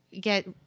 get